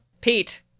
Pete